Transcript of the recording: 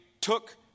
took